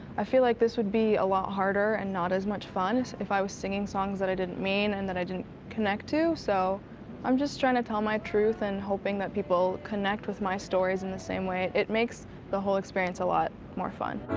i feel like this would be a lot harder and not as much fun if i were singing songs that i didn't mean and i didn't connect to. so i'm trying to tell my truth and hoping that people connect with my stories in the same way. it makes the whole experience a lot more fun.